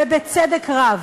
ובצדק רב.